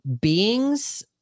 beings